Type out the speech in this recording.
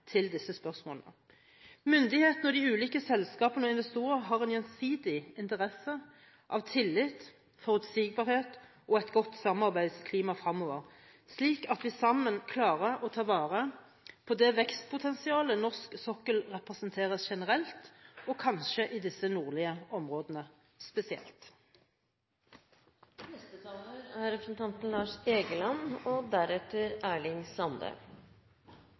til disse spørsmålene. Myndighetene og de ulike selskaper og investorer har en gjensidig interesse av tillit, forutsigbarhet og et godt samarbeidsklima fremover, slik at vi sammen klarer å ta vare på det vekstpotensialet norsk sokkel representerer generelt, og kanskje i disse nordlige områdene